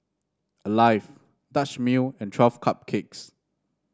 Alive Dutch Mill and Twelve Cupcakes